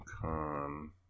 Con